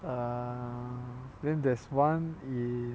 err then there's one in